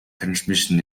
transmissions